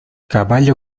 caballo